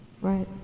Right